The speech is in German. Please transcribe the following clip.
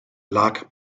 lag